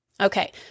Okay